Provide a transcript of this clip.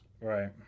Right